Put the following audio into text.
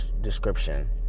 description